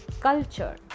culture